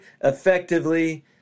effectively